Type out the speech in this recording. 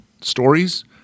stories